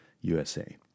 USA